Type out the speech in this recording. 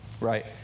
right